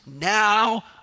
Now